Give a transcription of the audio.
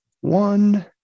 one